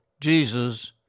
Jesus